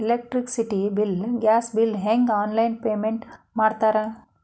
electricity bill gas bill ಹೆಂಗ online payment ಮಾಡ್ತಾರಾ